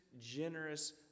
generous